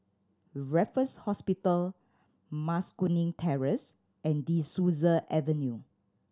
Raffles Hospital Mas Kuning Terrace and De Souza Avenue